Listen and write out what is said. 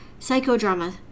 psychodrama